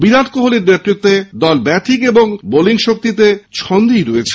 বিরাট কোহলির নেতৃত্বে দল ব্যাটিং ও বোলিং শক্তিতে ছন্দ্বে রয়েছে